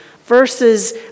Versus